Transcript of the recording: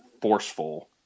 forceful